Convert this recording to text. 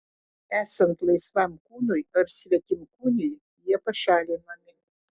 esant laisvam kūnui ar svetimkūniui jie pašalinami